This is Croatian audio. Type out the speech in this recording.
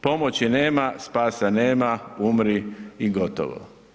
Pomoći nema, spasa nema, umri i gotovo.